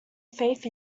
faith